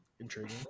intriguing